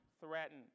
threaten